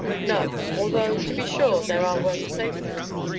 no although, to be sure, there are worse places.